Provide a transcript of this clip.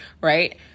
right